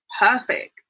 perfect